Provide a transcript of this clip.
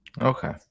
Okay